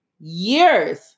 years